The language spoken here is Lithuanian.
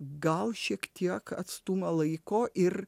gal šiek tiek atstumą laiko ir